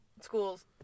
schools